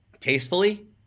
tastefully